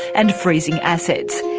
and freezing assets.